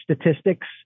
Statistics